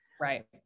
Right